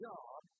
God